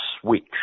switch